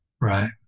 Right